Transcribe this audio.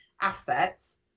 assets